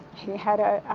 he had a